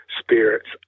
Spirits